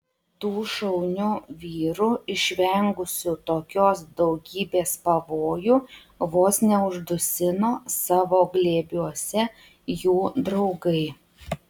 tų šaunių vyrų išvengusių tokios daugybės pavojų vos neuždusino savo glėbiuose jų draugai